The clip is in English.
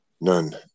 None